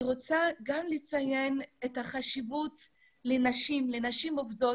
אני רוצה לציין את החשיבות לנשים עובדות